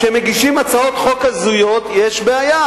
כשמגישים הצעות חוק הזויות יש בעיה,